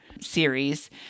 series